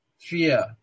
fear